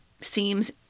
seems